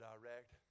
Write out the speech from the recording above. direct